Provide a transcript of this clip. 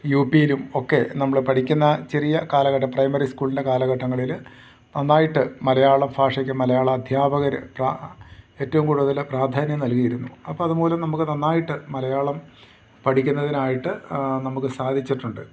U പിയിലും ഒക്കെ നമ്മൾ പഠിക്കുന്ന ചെറിയ കാലഘട്ടം പ്രൈമറി സ്കൂളിൻ്റെ കാലഘട്ടങ്ങളിൽ നന്നായിട്ട് മലയാള ഭാഷയ്ക്ക് മലയാള അദ്ധ്യാപകർ പ്ര ഏറ്റവും കൂടുതൽ പ്രാധാന്യം നൽകിയിരുന്നു അപ്പം അതുമൂലം നമുക്ക് നന്നായിട്ട് മലയാളം പഠിക്കുന്നതിനായിട്ട് നമുക്ക് സാധിച്ചിട്ടുണ്ട്